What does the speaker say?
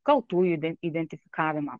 kaltųjų identifikavimą